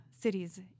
cities